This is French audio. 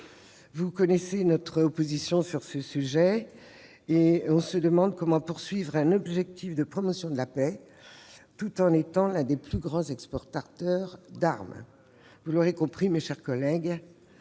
Vous connaissez notre opposition sur ce sujet. Comment poursuivre un objectif de promotion de la paix tout en étant l'un des plus grands exportateurs d'armes ? Vous l'aurez compris, mes chers collègues,